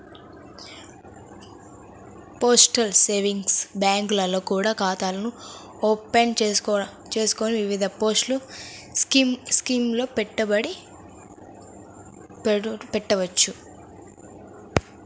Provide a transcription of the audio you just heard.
postal savings బ్యాంకుల్లో కూడా ఖాతాను ఓపెన్ చేసుకొని వివిధ పోస్టల్ స్కీముల్లో పెట్టుబడి పెట్టవచ్చు